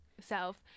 self